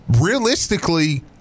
realistically